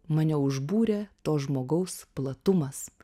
mane užbūrė to žmogaus platumas